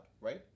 Right